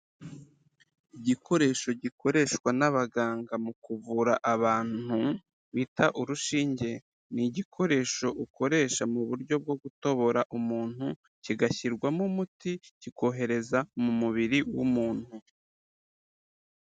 Igikoresho gikoreshwa n'abaganga mu kuvura abantu bita urushinge, ni igikoresho ukoresha mu buryo bwo gutobora umuntu kigashyirwamo umuti kikohereza mu mubiri w'umuntu.